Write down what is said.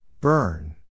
Burn